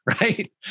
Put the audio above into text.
right